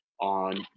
on